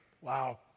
Wow